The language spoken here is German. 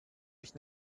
ich